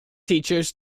teachers